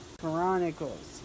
Chronicles